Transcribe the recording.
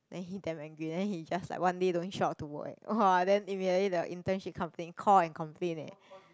then he damn angry then he just like one day don't show up to work eh !wah! then immediately the internship company call and complain leh